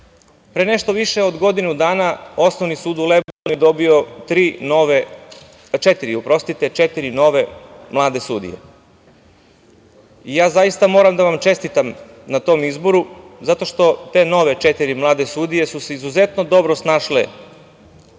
Pre nešto više od godinu dana Osnovni sud u Lebanu je dobio četiri nove mlade sudije. Zaista moram da vam čestitam na tom izboru, zato što te nove četiri mlade sudije su se izuzetno dobro snašle